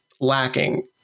lacking